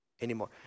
anymore